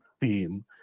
theme